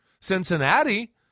Cincinnati